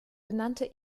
benannte